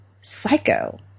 psycho